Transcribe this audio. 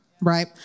right